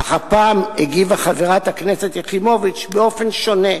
אך הפעם הגיבה חברת הכנסת יחימוביץ באופן שונה.